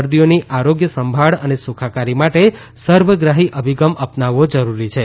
દર્દીઓની આરોગ્ય સંભાળ અને સુખાકારી માટે સર્વગ્રાહી અભિગમ અપનાવવો જરૂરી છે